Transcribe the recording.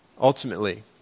Ultimately